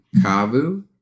Kavu